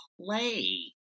play